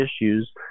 issues